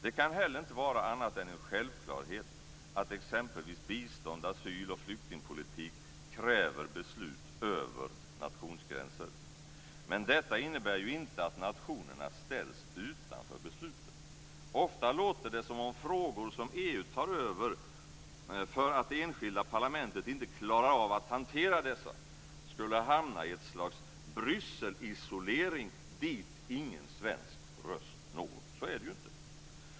Det kan heller inte vara annat än en självklarhet att exempelvis bistånd och asyl och flyktingpolitik kräver beslut över nationsgränser. Men detta innebär ju inte att nationerna ställs utanför besluten. Ofta låter det som om frågor som EU tar över för att det enskilda parlamentet inte klarar av att hantera dessa skulle hamna i ett slags Brysselisolering dit ingen svensk röst når. Så är det ju inte.